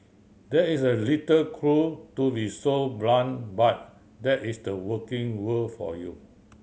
there is a little cruel to be so blunt but that is the working world for you